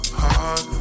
heart